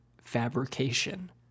fabrication